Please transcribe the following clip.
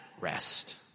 rest